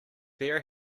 beer